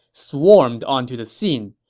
swarmed onto the scene.